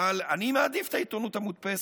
אבל אני מעדיף את העיתונות המודפסת.